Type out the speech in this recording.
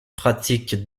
pratique